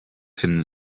him